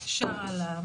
שרה לה,